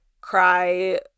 cry